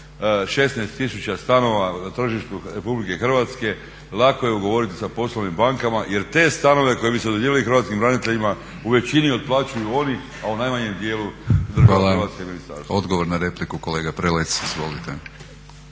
tisuća stanova na tržištu Republike Hrvatske lako je ugovoriti sa poslovnim bankama jer te stanove koji bi se dodjeljivali hrvatskim braniteljima u većini otplaćuju oni a u najmanjem dijelu država Hrvatska i ministarstvo. **Batinić, Milorad (HNS)** Hvala odgovor na repliku kolega Prelec. Izvolite.